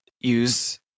use